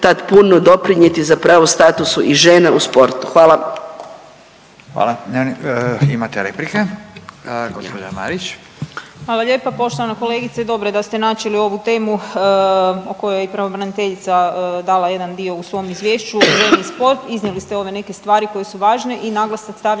puno doprinijeti za pravo statusu o žena u sportu. Hvala.